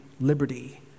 liberty